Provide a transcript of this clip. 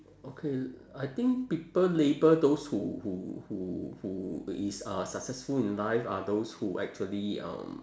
okay I think people label those who who who who is uh successful in life are those who actually um